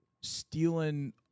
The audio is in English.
stealing